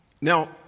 Now